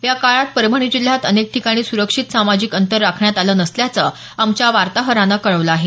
या काळात परभणी जिल्ह्यात अनेक ठिकाणी सुरक्षित सामाजिक अंतर राखण्यातं आलं नसल्याचं आमच्या वार्ताहरानं कळवलं आहे